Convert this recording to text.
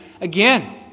again